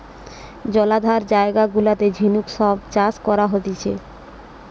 জলাধার জায়গা গুলাতে ঝিনুক সব চাষ করা হতিছে